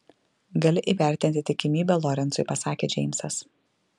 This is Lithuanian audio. gali įvertinti tikimybę lorencui pasakė džeimsas